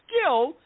skill